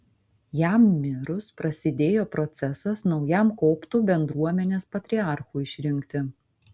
jam mirus prasidėjo procesas naujam koptų bendruomenės patriarchui išrinkti